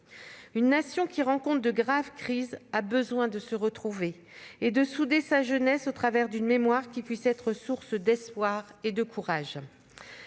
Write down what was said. Une Nation qui rencontre de graves crises a besoin de se retrouver et de souder sa jeunesse au travers d'une mémoire qui puisse être source d'espoir et de courage.